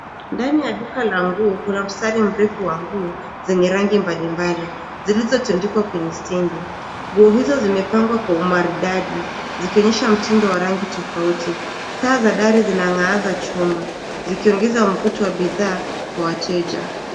Ndani ya duka la nguo kuna mstari mrefu wa nguo zenye rangi mbalimbali, zilizotundikwa kwenye stendi. Nguo hizo zimepangwa kwa umaridadi zikionyesha mtindo wa rangi tofauti. Taa za dari zinaangaza chumba zikiongeza mvuto wa bidhaa kwa wateja.